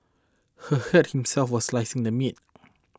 he hurt himself while slicing the meat